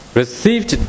received